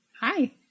hi